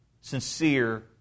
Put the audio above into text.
sincere